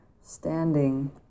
standing